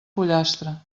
pollastre